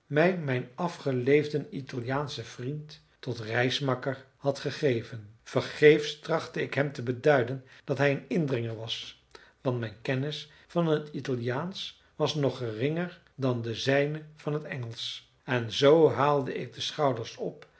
mijn afgeleefden italiaanschen vriend tot reismakker had gegeven vergeefs trachtte ik hem te beduiden dat hij een indringer was want mijn kennis van het italiaansch was nog geringer dan de zijne van het engelsch en zoo haalde ik de schouders op